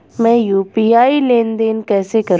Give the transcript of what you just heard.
मैं यू.पी.आई लेनदेन कैसे करूँ?